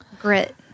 grit